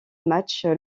matchs